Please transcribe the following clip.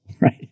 right